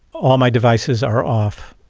all my devices are off.